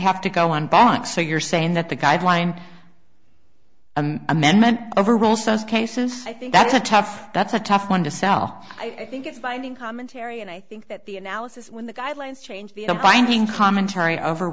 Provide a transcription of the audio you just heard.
have to go on back so you're saying that the guidelines and then overall says cases i think that's a tough that's a tough one to sell i think it's finding commentary and i think that the analysis when the guidelines change the unbinding commentary over